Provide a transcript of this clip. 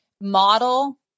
model